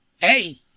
Hey